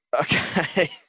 Okay